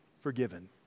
forgiven